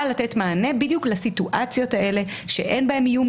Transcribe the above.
לתת מענה בדיוק לסיטואציות האלה שאין בהן איום,